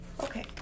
Okay